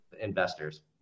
investors